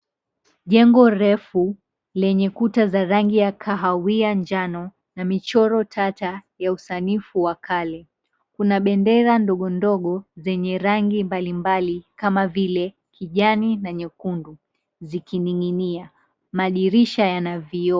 Jengo refu, lenye kuta za rangi ya kahawia njano na michoro tata ya usanifu wa kale. Kuna bendera ndogo ndogo zenye rangi mbali mbali kama vile kijani na nyekundu, zikining'inia. Madirisha yana vioo.